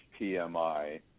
PMI